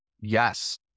Yes